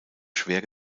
schwer